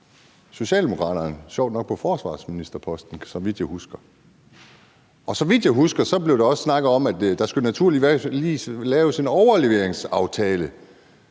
Socialdemokraterne sjovt nok på forsvarsministerposten, så vidt jeg husker. Og så vidt jeg husker, blev der også snakket om, at der naturligvis skulle laves en udleveringsaftale,